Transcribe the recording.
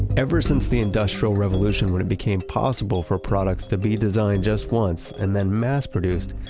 ever since the industrial revolution, when it became possible for products to be designed just once and then mass-produced,